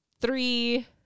three